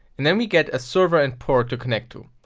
and then we get a server and port to connect to.